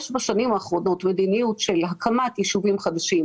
בשנים האחרונות יש מדיניות של הקמת ישובים חדשים,